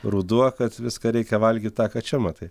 ruduo kad viską reikia valgyt tą ką čia matai